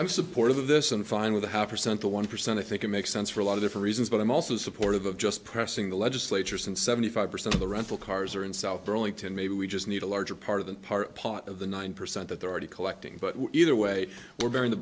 i'm supportive of this i'm fine with a half percent or one percent i think it makes sense for a lot of the for reasons but i'm also supportive of just pressing the legislature since seventy five percent of the rental cars are in south burlington maybe we just need a larger part of the park part of the nine percent that they're already collecting but either way we're bearing the